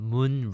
Moon